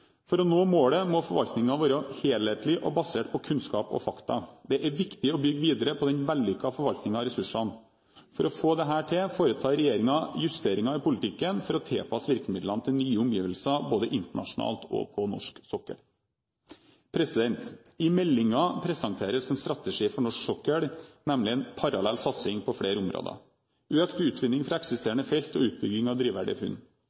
For å nå målet må forvaltningen være helhetlig og basert på kunnskap og fakta. Det er viktig å bygge videre på den vellykkede forvaltningen av ressursene. For å få dette til foretar regjeringen justeringer i politikken – for å tilpasse virkemidlene til nye omgivelser både internasjonalt og på norsk sokkel. I meldingen presenteres en strategi for norsk sokkel, nemlig en parallell satsing på flere områder: økt utvinning fra eksisterende felt og utbygging av drivverdige funn,